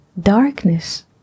darkness